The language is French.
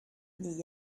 n’y